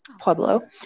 Pueblo